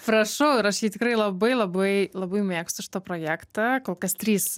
prašau ir aš jį tikrai labai labai labai mėgstu šitą projektą kol kas trys